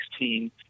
2016